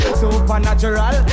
supernatural